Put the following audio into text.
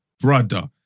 Brother